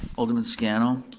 alderman scannell?